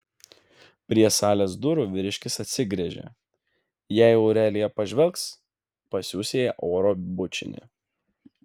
prie salės durų vyriškis atsigręžė jei aurelija pažvelgs pasiųs jai oro bučinį